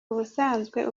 ubusanzwe